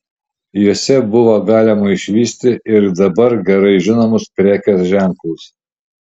jose buvo galima išvysti ir dabar gerai žinomus prekės ženklus